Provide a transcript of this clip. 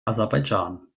aserbaidschan